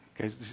Okay